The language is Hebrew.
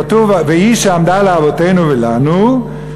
כתוב: "והיא שעמדה לאבותינו ולנו,